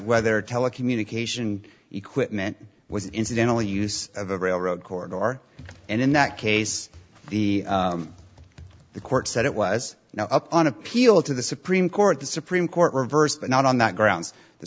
whether telecommunication equipment was incidental use of a railroad corridor and in that case the the court said it was now up on appeal to the supreme court the supreme court reversed not on that grounds the